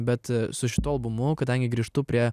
bet su šituo albumu kadangi grįžtu prie